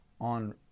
on